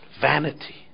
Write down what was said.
vanity